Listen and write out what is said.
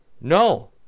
No